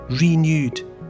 renewed